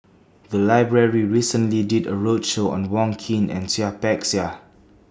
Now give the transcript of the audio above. The Library recently did A roadshow on Wong Keen and Seah Peck Seah